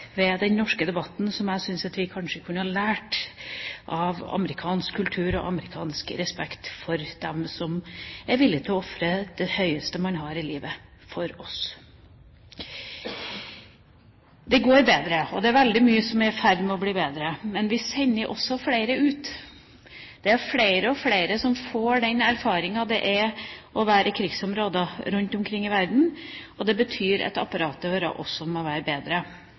ved den norske debatten der jeg syns at vi kanskje kunne lære av amerikansk kultur: respekt for dem som er villige til å ofre for oss det man setter høyest i livet. Det går bedre, og det er veldig mye som er i ferd med å bli bedre – men vi sender også flere ut. Det er flere og flere som får den erfaringen det er å være i krigsområder rundt omkring i verden, og det betyr at apparatet vårt også må være bedre.